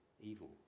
evil